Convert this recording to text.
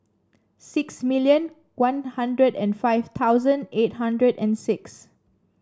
six million One Hundred and five thousand eight hundred and six